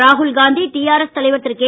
Rahul Gandhi TRS தலைவர் திருகே